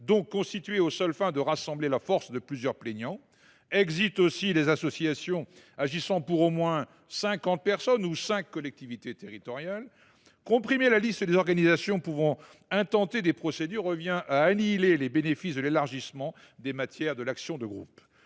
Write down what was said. sont constituées aux seules fins de rassembler la force de plusieurs plaignants ; aussi les associations agissant pour au moins cinquante personnes ou cinq collectivités territoriales. Comprimer la liste des organisations pouvant intenter de telles procédures revient à annihiler les bénéfices de l’élargissement des matières auxquelles